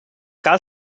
cal